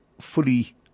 fully